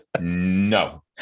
No